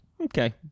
Okay